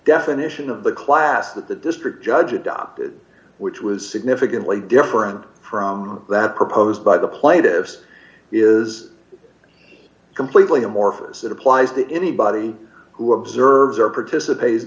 definition of the class that the district judge adopted which was significantly different from that proposed by the plaintiffs is d d completely amorphous it applies to anybody who observes or participate